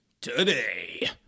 Today